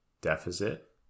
deficit